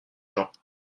gens